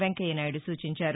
వెంకయ్యనాయుడు సూచించారు